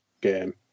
game